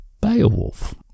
Beowulf